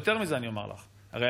יותר מזה אני אומר לך,